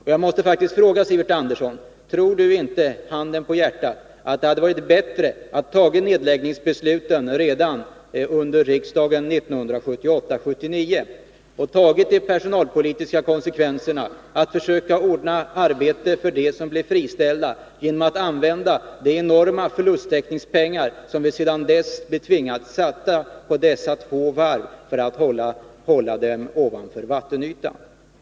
Jag måste faktiskt fråga: Tror inte Sivert Andersson, handen på hjärtat, att det hade varit bättre att ta nedläggningsbesluten i riksdagen redan 1978/79, och ta de personalpolitiska konsekvenserna — att försöka oråna arbete för dem som blev friställda genom att använda de enorma förlusttäckningspengar som vi sedan dess tvingats satsa på dessa två varv för att hålla dem ovanför vattenytan?